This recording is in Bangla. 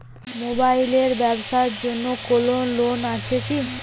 মোবাইল এর ব্যাবসার জন্য কোন লোন আছে কি?